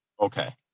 Okay